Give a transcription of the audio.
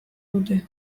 dute